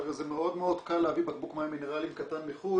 זה מאוד קל להביא בקבוק מים מינרליים קטן מחו"ל